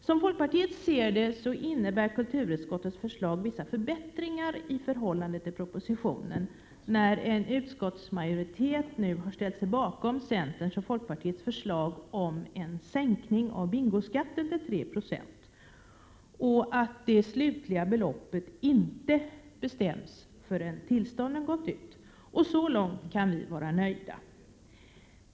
Enligt folkpartiets uppfattning innebär kulturutskottets förslag vissa förbättringar i förhållande till propositionen, när en utskottsmajoritet nu har ställt sig bakom centerns och folkpartiets förslag om en sänkning av bingoskatten till 3 26 och att det slutliga beloppet inte bestäms förrän en tillståndsperiod har gått ut. Så långt kan vi vara nöjda.